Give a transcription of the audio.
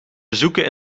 bezoeken